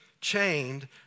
chained